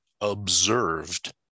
observed